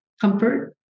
comfort